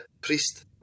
priest